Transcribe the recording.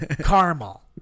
Caramel